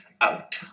out